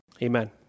Amen